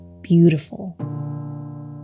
beautiful